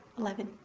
eleven.